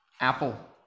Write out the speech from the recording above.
Apple